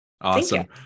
Awesome